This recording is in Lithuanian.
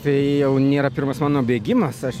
tai jau nėra pirmas mano bėgimas aš